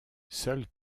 seules